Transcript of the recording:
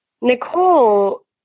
Nicole